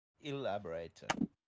elaborate